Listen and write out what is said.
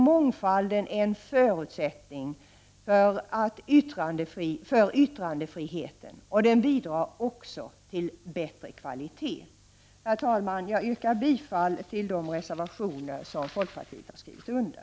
Mångfalden är en förutsättning för yttrandefriheten och bidrar också till bättre kvalitet. Herr talman! Jag yrkar bifall till de reservationer som folkpartiet har skrivit under.